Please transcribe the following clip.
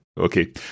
okay